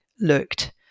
looked